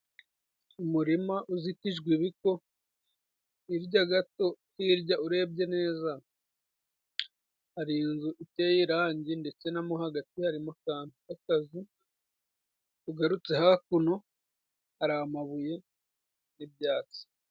Umurima uzitijwe ibiko, hirya gato hirya urebye neza hari inzu iteye irangi ndetse na mu hagati harimo akantu k'akazu .Ugarutse hakuno hari amabuye n'ibyatsi.